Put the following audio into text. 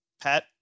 Pat